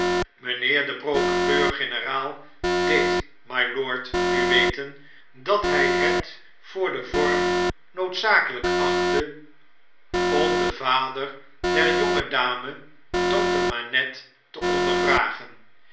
mijnheer de procureur-generaal deed mylord nu weten dat hij het vor den vorm noodzakelrjk achtte om deqjpfer der jonge dame dokter manette te